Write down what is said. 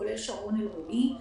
כולל שרון אלרעי.